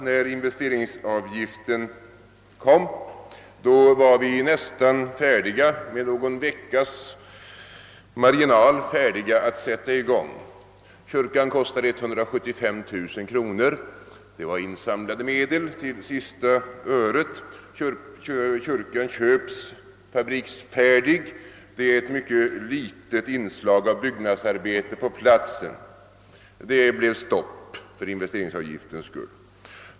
När investeringsavgiften kom i våras var vi, med någon veckas marginal, färdiga att sätta i gång kyrkbygget. Kyrkan skulle kosta 175 000 kronor, och för ändamålet kunde användas insamlade medel till sista öret. Den är fabriksfärdig, och det blir därför ett mycket litet inslag av byggnadsarbeten på platsen. Det blev stopp för investeringsavgiftens skull.